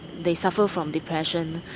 they suffered from depression,